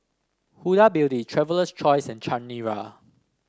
Huda Beauty Traveler's Choice and Chanira